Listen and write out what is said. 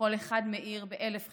/ כל אחד מאיר ב-1,000 חיוכים.